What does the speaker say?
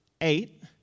eight